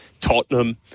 Tottenham